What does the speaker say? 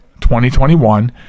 2021